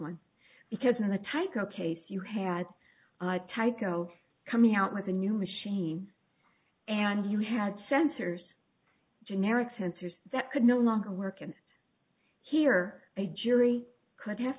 one because in the tyco case you had tyco coming out with a new machine and you had sensors generic sensors that could no longer work and here a jury could have